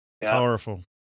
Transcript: Powerful